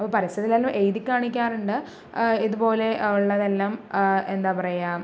അപ്പോ പരസ്യത്തിലെല്ലാം എഴുതി കാണിക്കാറുണ്ട് ഇതുപോലെ ഉള്ളതെല്ലാം എന്താ പറയുക